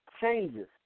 changes